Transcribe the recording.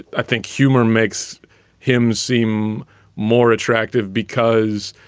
i think humor makes him seem more attractive because,